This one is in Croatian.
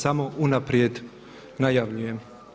Samo unaprijed najavljujem.